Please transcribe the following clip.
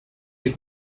les